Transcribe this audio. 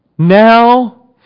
Now